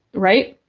right.